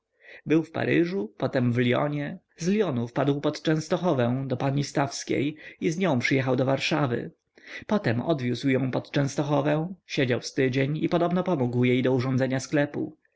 był w paryżu potem w lyonie z lyonu wpadł pod częstochowę do pani stawskiej i z nią przyjechał do warszawy potem odwiózł ją pod częstochowę siedział z tydzień i podobno pomógł jej do urządzenia sklepu